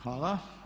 Hvala.